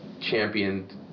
championed